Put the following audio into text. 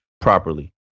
properly